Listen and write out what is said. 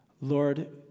Lord